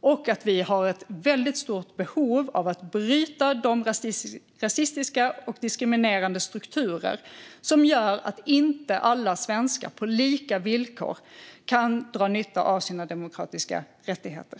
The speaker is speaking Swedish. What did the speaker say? och att vi har ett stort behov av att bryta de rasistiska och diskriminerande strukturer som gör att inte alla svenskar på lika villkor kan dra nytta av sina demokratiska rättigheter?